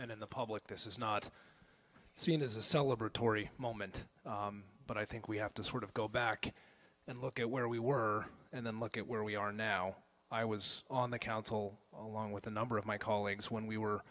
and in the public this is not seen as a celebratory moment but i think we have to sort of go back and look at where we were and then look at where we are now i was on the council with a number of my colleagues when we were